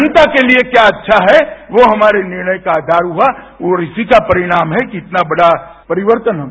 जनता के लिए क्या अच्छा है वो हमारे निर्णय का आधार हुआ और उसी का परिणाम है कि इतना बड़ा परिवर्तन हुआ